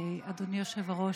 אדוני היושב-ראש,